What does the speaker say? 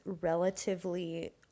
relatively